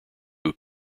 who